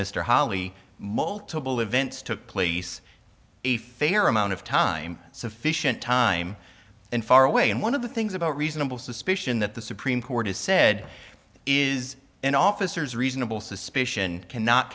mr holley multiple events took place a fair amount of time sufficient time and far away and one of the things about reasonable suspicion that the supreme court has said is an officer's reasonable suspicion cannot